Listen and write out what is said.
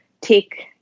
take